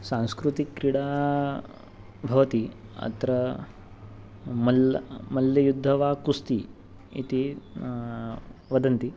सांस्कृतिकक्रिडा भवति अत्र मल्ल मल्ल्ययुद्धं वा किमस्ति इति वदन्ति